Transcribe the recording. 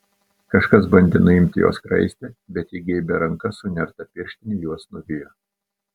kažkas bandė nuimti jos skraistę bet ji geibia ranka su nerta pirštine juos nuvijo